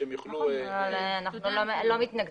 אנחנו לא מתנגדים.